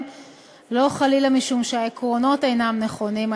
לא חלילה משום שהעקרונות אינם נכונים,